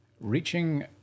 Reaching